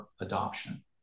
adoption